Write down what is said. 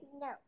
no